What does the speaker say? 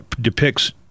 depicts